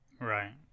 Right